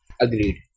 agreed